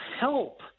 help